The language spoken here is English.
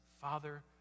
Father